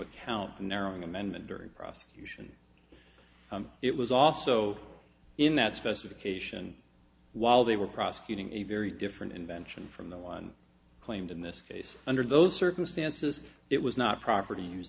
account narrowing amendment during prosecution it was also in that specification while they were prosecuting a very different invention from the one claimed in this case under those circumstances it was not proper to use